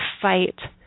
fight